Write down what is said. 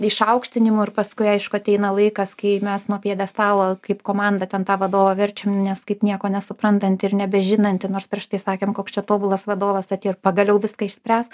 išaukštinimu ir paskui aišku ateina laikas kai mes nuo pjedestalo kaip komandą ten tą vadovą verčiam nes kaip nieko nesuprantanti ir nebežinanti nors prieš tai sakėm koks čia tobulas vadovas atėjo ir pagaliau viską išspręs